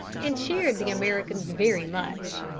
and cheered the americans very much.